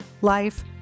life